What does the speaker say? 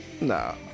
Nah